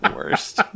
Worst